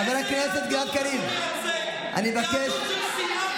חבר הכנסת גלעד קריב, אני קורא אותך בקריאה